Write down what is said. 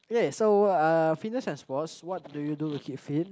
ya so fitness and sports what do you do to keep fit